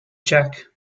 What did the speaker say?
jack